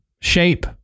shape